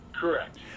Correct